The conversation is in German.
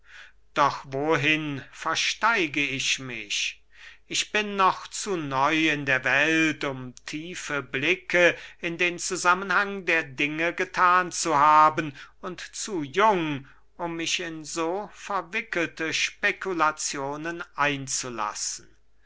doch wohin versteige ich mich ich bin noch zu neu in der welt um tiefe blicke in den zusammenhang der dinge gethan zu haben und zu jung um mich in so verwickelte spekulazionen einzulassen